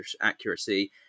accuracy